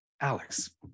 alex